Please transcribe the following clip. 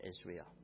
Israel